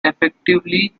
effectively